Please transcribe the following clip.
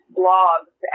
blogs